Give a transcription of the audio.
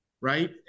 right